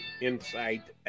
insight